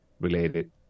related